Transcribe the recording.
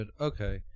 okay